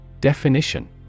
Definition